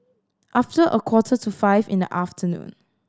after a quarter to five in the afternoon